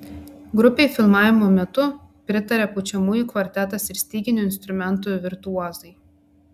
grupei filmavimo metu pritarė pučiamųjų kvartetas ir styginių instrumentų virtuozai